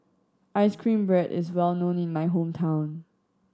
ice cream bread is well known in my hometown